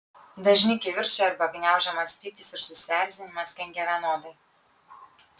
dažni kivirčai arba gniaužiamas pyktis ir susierzinimas kenkia vienodai